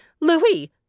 Louis